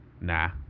Nah